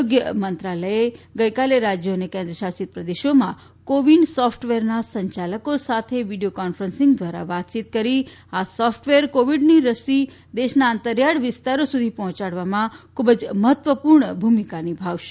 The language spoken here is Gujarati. આરોગ્ય મંત્રાલયે ગઈકાલે રાજ્યો અને કેન્દ્ર શાસિત પ્રદેશોમાં કોવિન સોફટવેરના સંચાલકો સાથે વિડીયો કોન્ફરન્સીંગ ધ્વારા વાતચીત કરી આ સોફટવેર કોવિડની રસી દેશના અંતરીયાળ વિસ્તારો સુધી પહોંચાડવામાં ખુબ જ મહત્વપુર્ણ ભૂમિકા નિભાવશે